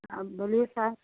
हाँ बोलिए सर